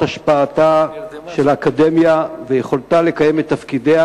השפעתה של האקדמיה ויכולתה לקיים את תפקידיה,